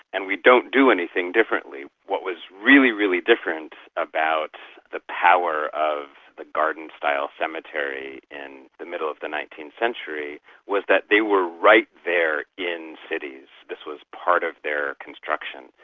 and we don't do anything differently. what was really, really different about the power of the garden style cemetery in the middle of the nineteenth century was that they were right there in cities. this was part of their construction.